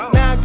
Now